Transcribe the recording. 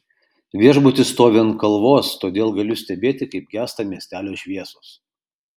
viešbutis stovi ant kalvos todėl galiu stebėti kaip gęsta miestelio šviesos